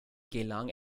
gelang